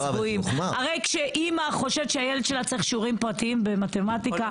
הרי כשאמא חושבת שהילד שלה צריך שיעורים פרטיים במתמטיקה,